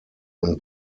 und